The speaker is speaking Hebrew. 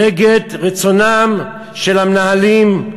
נגד רצונם של המנהלים,